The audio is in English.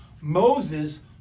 Moses